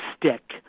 stick